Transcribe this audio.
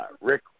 Rick